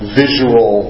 visual